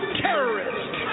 terrorist